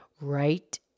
right